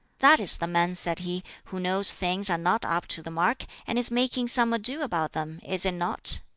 that is the man, said he, who knows things are not up to the mark, and is making some ado about them, is it not?